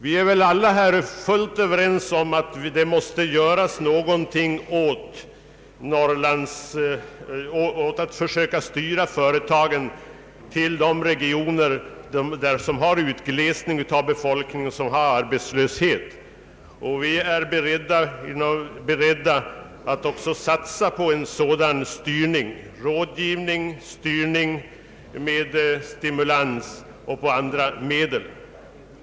Vi är väl alla här fullt överens om att något måste göras för att försöka styra företagen till de regioner som utvisar en utglesning av befolkningen och har arbetslöshetsproblem. Vi är också beredda att satsa på en sådan styrning, en styrning med rådgivning, ekonomiska stimulansmedel och på annat sätt.